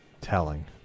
telling